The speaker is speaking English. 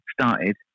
started